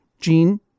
Gene